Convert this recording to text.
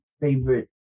favorite